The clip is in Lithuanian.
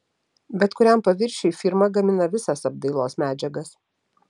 bet kuriam paviršiui firma gamina visas apdailos medžiagas